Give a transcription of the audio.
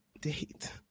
date